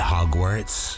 Hogwarts